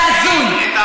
זה הזוי.